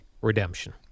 redemption